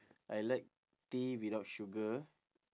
I like tea without sugar